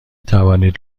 توانید